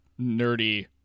nerdy